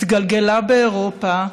התגלגלה באירופה,